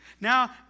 Now